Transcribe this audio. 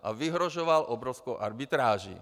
A vyhrožoval obrovskou arbitráží.